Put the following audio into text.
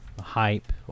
hype